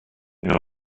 elle